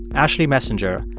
ashley messenger,